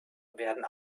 werden